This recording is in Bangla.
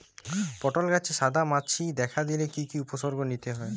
পটল গাছে সাদা মাছি দেখা দিলে কি কি উপসর্গ নিতে হয়?